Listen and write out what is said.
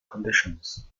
conditions